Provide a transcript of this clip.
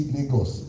Lagos